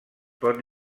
pot